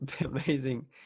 amazing